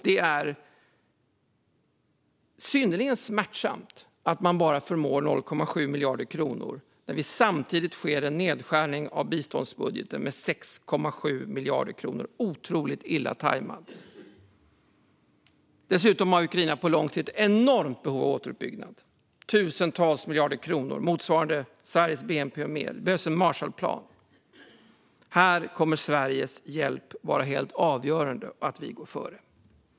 Det är synnerligen smärtsamt att man bara förmår 0,7 miljarder kronor när det samtidigt sker en nedskärning av biståndsbudgeten med 6,7 miljarder kronor. Otroligt illa tajmat! Dessutom kommer Ukraina på lång sikt att ha ett enormt behov av återuppbyggnad. Vi talar om tusentals miljarder kronor, motsvarande Sveriges bnp och mer. Det behövs en Marshallplan. Här kommer Sveriges hjälp att vara helt avgörande. Vi behöver gå före.